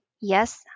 Yes